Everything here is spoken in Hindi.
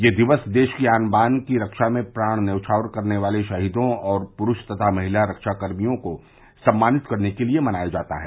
यह दिवस देश की आन बान की रक्षा में प्राण न्यौछावर करने वाले शहीदों और पुरुष तथा महिला रक्षाकर्मियों को सम्मानित करने के लिए मनाया जाता है